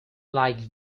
like